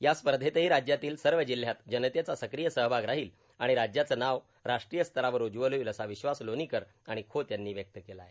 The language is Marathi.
या स्पर्धेतही राज्यातील सर्व जिल्ह्यात जनतेचा सक्रिय सहभाग राहील आणि राज्याचे नाव राष्ट्रीय स्तरावर उज्ज्वल होईल असा विश्वास लोणीकर आणि खोत यांनी व्यक्त केला आहे